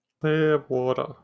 Clearwater